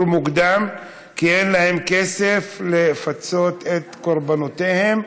מוקדם כי אין להם כסף לפצות את קורבנותיהם,